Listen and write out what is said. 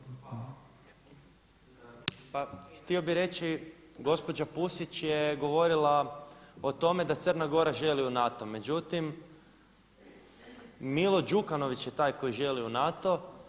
Pa htio bih reći gospođa Pusić je govorila o tome da Crna Gora želi u NATO, međutim Milo Đukanović je taj koji želi u NATO.